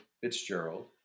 fitzgerald